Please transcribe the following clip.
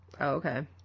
Okay